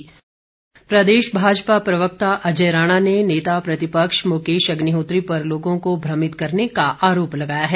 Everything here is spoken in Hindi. भाजपा प्रदेश भाजपा प्रवक्ता अजय राणा ने नेता प्रतिपक्ष मुकेश अग्निहोत्री पर लोगों को भ्रमित करने का आरोप लगाया है